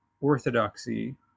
orthodoxy